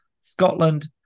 Scotland